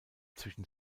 zwischen